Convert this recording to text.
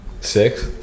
Six